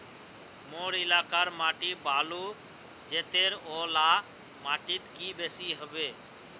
मोर एलाकार माटी बालू जतेर ओ ला माटित की बेसी हबे?